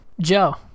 Joe